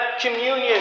communion